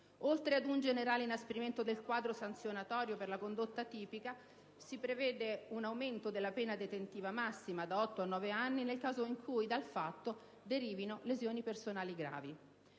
Oltre ad un generale inasprimento del quadro sanzionatorio per la condotta tipica, si prevede un aumento della pena detentiva massima, da otto a nove anni, nel caso in cui dal fatto derivino lesioni personali gravi.